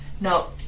No